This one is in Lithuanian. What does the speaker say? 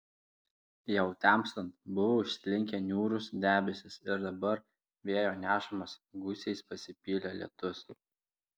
jau temstant buvo užslinkę niūrūs debesys ir dabar vėjo nešamas gūsiais pasipylė lietus